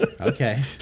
Okay